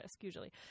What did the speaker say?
usually